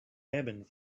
and